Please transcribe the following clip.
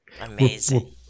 Amazing